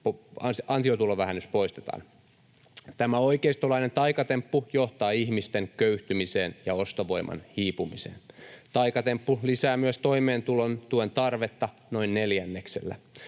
ansiotulovähennys poistetaan. Tämä oikeistolainen taikatemppu johtaa ihmisten köyhtymiseen ja ostovoiman hiipumiseen. Taikatemppu lisää myös toimeentulotuen tarvetta noin neljänneksellä.